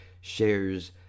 shares